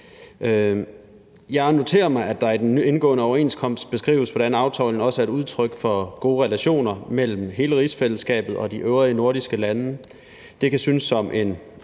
Jeg noterer mig, at der i den indgåede overenskomst beskrives, hvordan aftalen også er et udtryk for gode relationer mellem hele rigsfællesskabet og de øvrige nordiske lande. Det kan synes som en